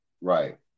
right